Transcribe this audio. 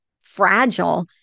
fragile